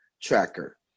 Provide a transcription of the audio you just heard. tracker